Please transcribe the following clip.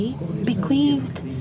bequeathed